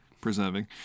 Preserving